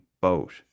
boat